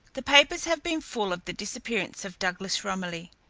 the papers have been full of the disappearance of douglas romilly.